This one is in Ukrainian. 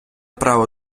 право